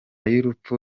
y’urupfu